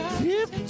tip